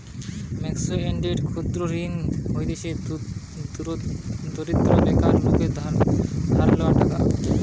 micro credit বা ক্ষুদ্র ঋণ হতিছে দরিদ্র এবং বেকার লোকদের ধার লেওয়া টাকা